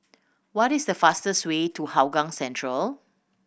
what is the fastest way to Hougang Central